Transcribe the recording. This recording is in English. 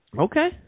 Okay